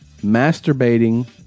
masturbating